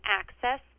access